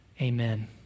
Amen